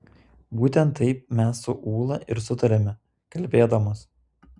būtent taip mes su ūla ir sutariame kalbėdamos